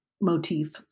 motif